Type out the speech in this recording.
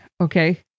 Okay